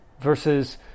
versus